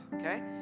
okay